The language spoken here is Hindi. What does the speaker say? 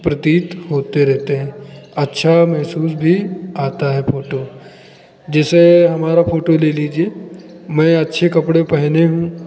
प्रतीत होते रहते हैं अच्छा महसूस भी आता है फ़ोटो जैसे हमारा फ़ोटो ले लीजिए मैं अच्छे कपड़े पहने हूँ